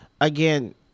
again